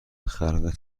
خلق